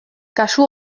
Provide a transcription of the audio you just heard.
kasu